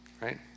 right